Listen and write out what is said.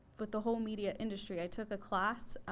but the whole media industry. i took a class,